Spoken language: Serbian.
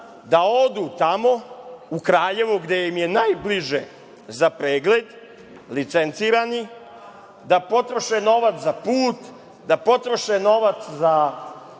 da odu tamo u Kraljevo gde im je najbliže za pregled licencirani, da potroše novac za put, da potroše novac za